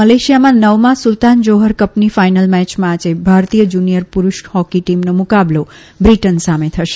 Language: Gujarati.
મલેશિયામાં નવમાં સુલતાન જોહર કપની ફાઇનલ મેચમાં આજે ભારતીય જુનીયર પુરુષ હોકી ટીમનો મુકાબલો બ્રિટન સામે થશે